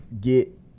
get